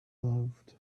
loved